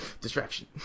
distraction